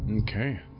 Okay